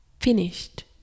finished